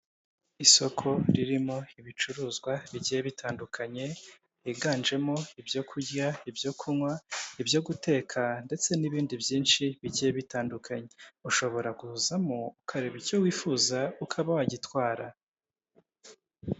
Isoko ririmo ibicuruzwa bigiye bitandukanye, higanjemo ibyo kurya, ibyo kunywa, ibyo guteka, ndetse n'ibindi byinshi bigiye bitandukanye. Ushobora kuzamo ukareba icyo wifuza ukaba wagitwara.